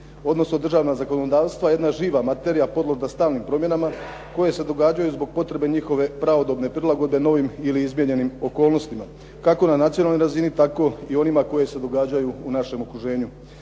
odnosno državna zakonodavstva jedna živa materija podložna stalnim promjenama koji se događaju zbog njihove pravodobne prilagodbe novim ili izmijenjenim okolnostima. Kako na nacionalnoj razini tako i onima koji se događaju u našem okruženju.